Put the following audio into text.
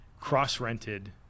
cross-rented